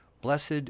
Blessed